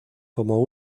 como